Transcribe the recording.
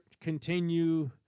continue